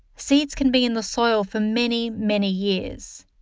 seeds can be in the soil for many, many years.